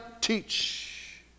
teach